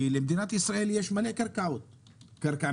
כי למדינת ישראל יש הרבה קרקעות מדינה.